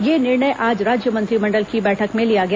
यह निर्णय आज राज्य मंत्रिमंडल की बैठक में लिया गया